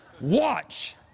Watch